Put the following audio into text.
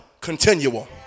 continual